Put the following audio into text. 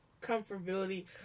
comfortability